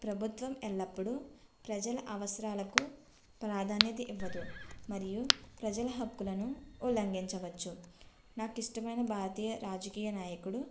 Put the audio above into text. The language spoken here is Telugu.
ప్రభుత్వం ఎల్లప్పుడు ప్రజల అవసరాలకు ప్రాధాన్యత ఇవ్వదు మరియు ప్రజల హక్కులను ఉల్లంఘించవచ్చు నాకు ఇష్టమైన భారతీయ రాజకీయ నాయకుడు